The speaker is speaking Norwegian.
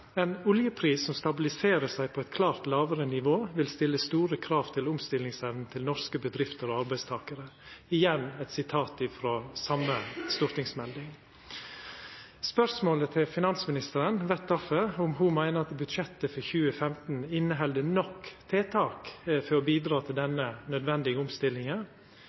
oljepris som stabiliserer seg på et klart lavere nivå, vil stille store krav til omstillingsevnen til norske bedrifter og arbeidstakere.» Dette er igjen eit sitat frå same stortingsmelding. Spørsmålet til finansministeren vert difor om ho meiner at budsjettet for 2015 inneheld nok tiltak for å bidra til denne nødvendige omstillinga,